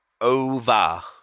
over